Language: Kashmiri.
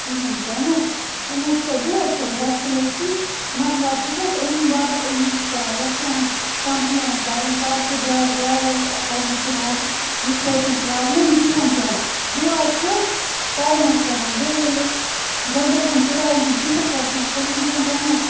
کِہیٖنۍ تہِ نہٕ أمۍ حظ کٔر بیٚیہِ حظ کٔر أمۍ بَد سُلوٗکی مَطلَب بہٕ چھَس اَمۍ باپَتھ أمِس کَران یژھان کمپٕلین کَرٕنۍ تاکہِ بیٛاکھ ڈرٛیوَر کَرِ نہٕ صُبحَس یِتھ پٲٹھۍ پرٛابلِم کِہیٖنۍ تہِ نہٕ بیٚیہِ واتہِ سُہ ٹایمَس پٮ۪ٹھ بییٚہِ ییٚلہِ گۄڈنٮ۪تھ کِرایہِ ہُنٛد فِکٕس چھِ آسان کٔرمٕژ تَتھ منٛز